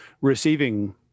receiving